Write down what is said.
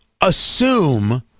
assume